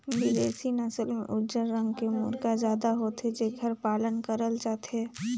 बिदेसी नसल में उजर रंग के मुरगा जादा होथे जेखर पालन करल जाथे